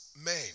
men